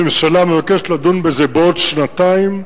הממשלה מבקשת לדון בזה בעוד שנתיים.